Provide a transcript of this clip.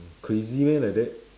crazy meh like that